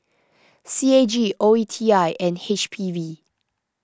C A G O E T I and H P V